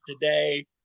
today